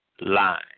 line